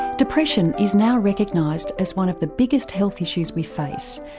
depression is now recognised as one of the biggest health issues we face,